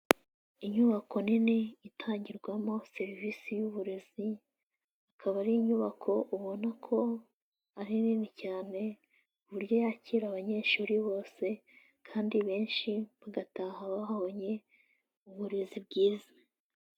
Inyubako nini itangirwamo serivisi y'uburezi, ikaba ari inyubako ubona ko ari nini cyane ku buryo yakira abanyeshuri bose kandi benshi bagataha bahabonye uburezi bwiza.